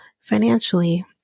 financially